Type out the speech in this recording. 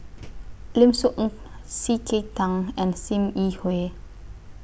Lim Soo Ngee C K Tang and SIM Yi Hui